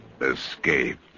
escape